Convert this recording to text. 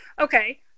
Okay